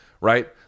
right